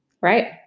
Right